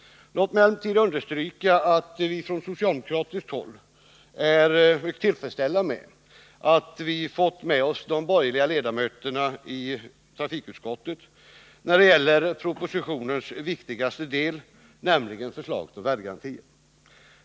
Låt mig emellertid understryka att vi på socialdemokratiskt håll är tillfredsställda med att vi fått med oss de borgerliga ledamöterna i trafikutskottet när det gäller propositionens viktigaste del, nämligen förslaget om värdegarantier.